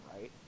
right